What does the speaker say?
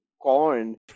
corn